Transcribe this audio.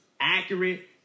accurate